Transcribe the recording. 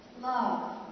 love